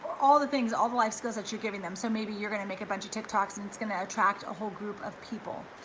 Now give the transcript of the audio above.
all the things, all the life skills that you're giving them. so maybe you're gonna make a bunch of tik toks and it's gonna attract a whole group of people.